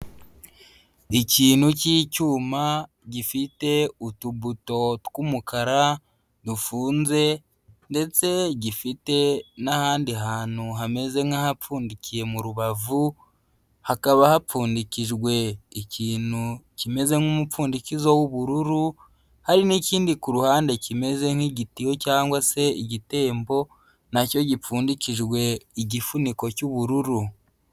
Ikintu cy'icyuma gifite utubuto tw'umukara dufunze ndetse gifite n'ahandi hantu hameze nk'ahapfundikiye mu rubavu, hakaba hapfundikijwe ikintu kimeze nk'umupfundikizo w'ubururu, hari n'ikindi ku ruhande kimeze nk'igitiyo cyangwa se igitembo na cyo gipfundikijwe igifuniko cy'ubururu.